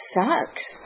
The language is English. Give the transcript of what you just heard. sucks